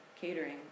catering